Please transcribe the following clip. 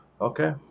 Okay